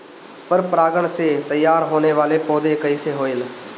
पर परागण से तेयार होने वले पौधे कइसे होएल?